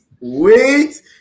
wait